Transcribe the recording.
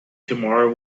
tomorrow